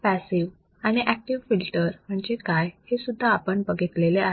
passive आणि active filter म्हणजे काय हे सुद्धा आपण बघितलेले आहे